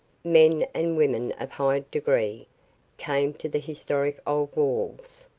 men and women of high degree came to the historic old walls,